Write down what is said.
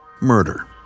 murder